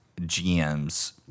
GM's